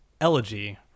elegy